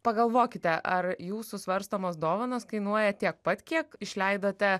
pagalvokite ar jūsų svarstomos dovanos kainuoja tiek pat kiek išleidote